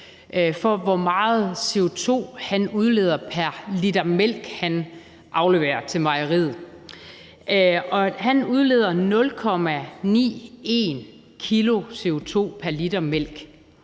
for, hvor meget CO2 han udleder pr. liter mælk, han afleverer til mejeriet, og han udleder 0,91 kg CO2 pr. liter mælk.